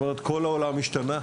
כל העולם השתנה,